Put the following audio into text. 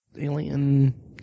Alien